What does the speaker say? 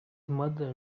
mother